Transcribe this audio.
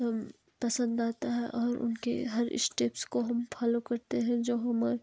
हम पसंद आता है और उनके हर स्टेप्स को हम फॉलो करते हैं जो हमें